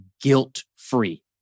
guilt-free